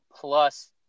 plus